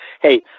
hey